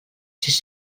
sis